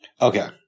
Okay